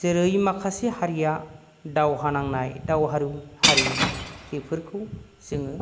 जेरै माखासे हारिया दावहा नांनाय दावहारु हारि बेफोरखौ जोङो